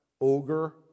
ogre